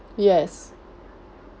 yes